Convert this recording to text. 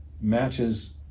matches